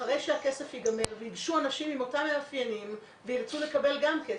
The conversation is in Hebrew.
אחרי שהכסף ייגמר וייגשו אנשים עם אותם מאפיינים וירצו לקבל גם כסף,